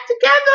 together